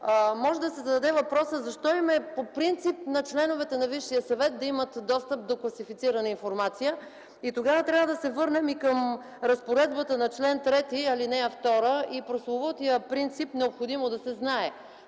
Може да се зададе въпросът: защо им е по принцип на членовете на Висшия съдебен съвет да имат достъп до класифицирана информация? Тогава трябва да се върнем към разпоредбата на чл. 3, ал. 2, към прословутия принцип „необходимост да се знае”